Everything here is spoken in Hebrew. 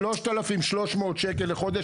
שלושת אלפים שלוש מאות שקל לחודש,